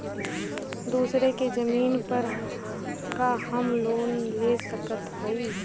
दूसरे के जमीन पर का हम लोन ले सकत हई?